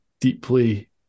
deeply